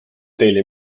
daily